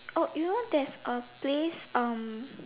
oh you know there's a place um